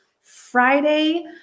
Friday